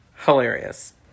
Hilarious